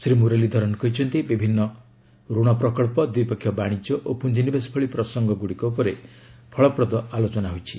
ଶ୍ରୀ ମୁରଲୀଧରନ କହିଛନ୍ତି ବିଭିନ୍ନ ଋଣ ପ୍ରକଳ୍ପ ଦ୍ୱିପକ୍ଷିୟ ବାଣିଜ୍ୟ ଓ ପୁଞ୍ଜିନିବେଶ ଭଳି ପ୍ରସଙ୍ଗଗୁଡ଼ିକ ଉପରେ ଫଳପ୍ରଦ ଆଲୋଚନା ହୋଇଛି